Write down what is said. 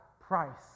price